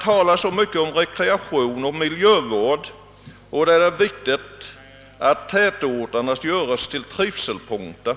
Det talas mycket om rekreation och miljövård, och det är viktigt att tätorterna göres till trivselpunkter